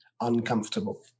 uncomfortable